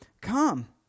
Come